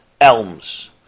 Elms